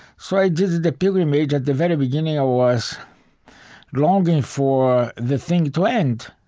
so i did the the pilgrimage. at the very beginning, i was longing for the thing to end